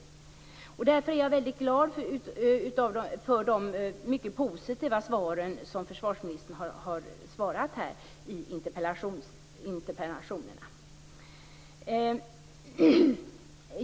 Därför är jag väldigt glad för de mycket positiva svar som försvarsministern har givit på interpellationerna.